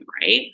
right